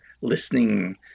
listening